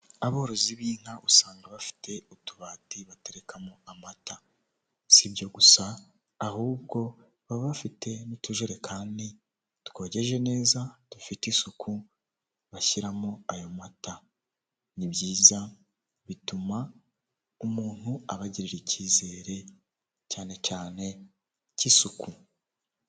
Aborozi b'inka usanga bafite utubati baterekamo amata, sibyo gusa ahubwo baba bafite n'utujerekani twogeje neza dufite isuku bashyiramo ayo mata. Ni byiza bituma umuntu abagirira icyizere cyane cyane cy'isuku.